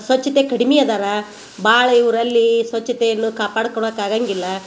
ಸ್ವಚ್ಛತೆ ಕಡಿಮೆ ಅದಾರ ಭಾಳ ಇವರಲ್ಲಿ ಸ್ವಚ್ಛತೆಯನ್ನು ಕಾಪಾಡ್ಕೊಳಕೆ ಆಗಂಗಿಲ್ಲ